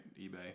eBay